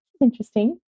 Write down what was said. interesting